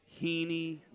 Heaney